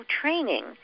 training